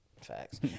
Facts